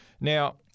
Now